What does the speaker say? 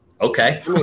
Okay